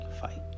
fight